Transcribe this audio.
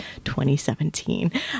2017